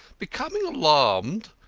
becoming alarmed,